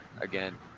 again